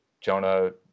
Jonah